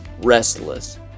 restless